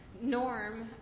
Norm